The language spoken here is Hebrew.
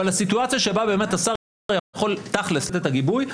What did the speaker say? אבל סיטואציה בה השר יכול תכל'ס לתת את הגיבוי.